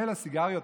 מילא סיגריות,